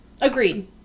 Agreed